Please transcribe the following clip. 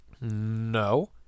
No